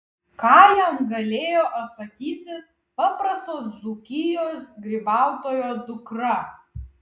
ką jam galėjo atsakyti paprasto dzūkijos grybautojo dukra